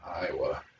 Iowa